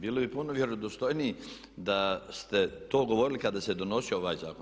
Bili bi puno vjerodostojniji da ste to govorili kada se donosio ovaj zakon.